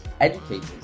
educators